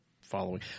following